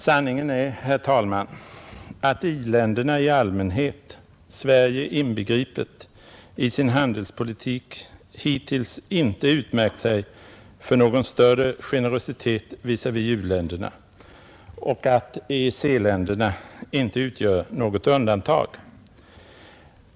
Sanningen är, herr talman, att i-länderna i allmänhet, Sverige inbegripet, i sin handelspolitik inte hittills utmärkt sig för någon större generositet visavi u-länderna och att EEC-länderna inte utgör något undantag.